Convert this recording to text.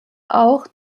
auch